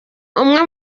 umwe